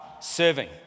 serving